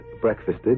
breakfasted